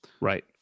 Right